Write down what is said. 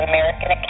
American